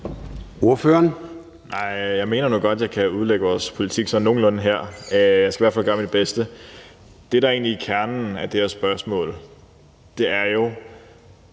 Jeg mener nu godt, jeg kan udlægge vores politik sådan nogenlunde her. Jeg skal i hvert fald gøre mit bedste. Det, der egentlig er kernen af det her spørgsmål, er jo,